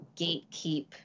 gatekeep